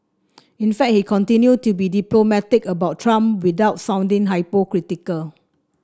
in fact he continued to be diplomatic about Trump without sounding hypocritical